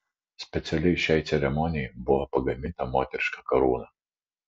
specialiai šiai ceremonijai buvo pagaminta moteriška karūna